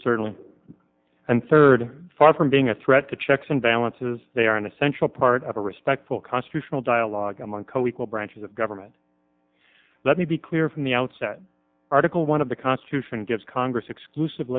certainly and third far from being a threat to checks and balances they are an essential part of a respectful constitutional dialogue among co equal branches of government let me be clear from the outset article one of the constitution gives congress exclusive